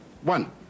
One